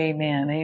Amen